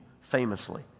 famously